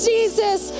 Jesus